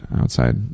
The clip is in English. outside